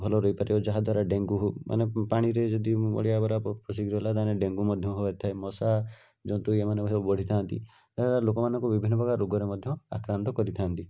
ଭଲ ରହିପାରିବ ଯାହାଦ୍ୱାରା ଡେଙ୍ଗୁ ମାନେ ପାଣିରେ ଯଦି ଅଳିଆ ଆବରା ଗୁଡ଼ାକ ପଶିକି ରହିଲା ତାହେଲେ ଡେଙ୍ଗୁ ମଧ୍ୟ ହୋଇଥାଏ ମଶା ଜନ୍ତୁ ସବୁ ଏମାନେ ବଢ଼ିଥାନ୍ତି ଏହାଦ୍ଵାରା ଲୋକମାନଙ୍କୁ ବିଭିନ୍ନ ପ୍ରକାର ରୋଗରେ ମଧ୍ୟ ଆକ୍ରାନ୍ତ କରିଥାନ୍ତି